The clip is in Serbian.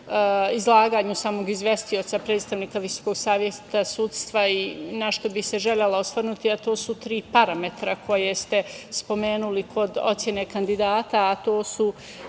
izlaganju samog izvestioca, predstavnika Visokog saveta sudstva i na šta bih se želela osvrnuti, to su tri parametra koje ste spomenuli kod ocene kandidata, a to su